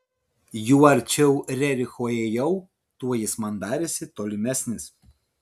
juo arčiau rericho ėjau tuo jis man darėsi tolimesnis